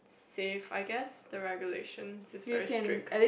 safe I guess the regulation is very strict